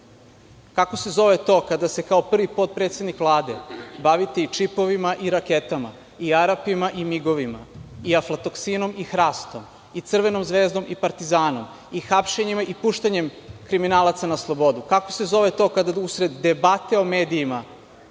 Kako se zove to kada se kao prvi potpredsednik Vlade bavite i čipovima, i raketama, i Arapima, i Migovima, i aflatoksinom, i hrastom, i „Crvenom zvezdom“, i „Partizanom“, i hapšenjima, i puštanjem kriminalaca na slobodu? Kako se zove to kada u sred debate o medijima